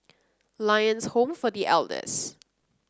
Lions Home for The Elders